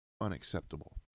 unacceptable